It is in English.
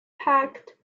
pact